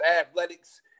athletics